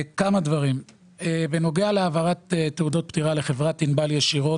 בנוגע להעברת תעודות פטירה לחברת ענבל ישירות,